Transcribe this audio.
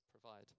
provide